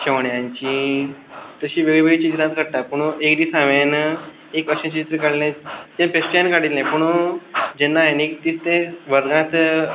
शेवण्यांचीं तशीं वेग वेगळीं चित्रां काडटा पुणून एक दीस हांवें एक अशें चित्र काडलें जें बेश्टें हांवें काडिल्लें पुणून जेन्ना हांवें एक दीस तें वर्गांत